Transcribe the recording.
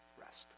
rest